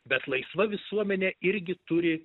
bet laisva visuomenė irgi turi